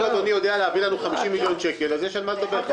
אם אדוני יודע להביא לנו 50 מיליון שקל אז יש על מה לדבר.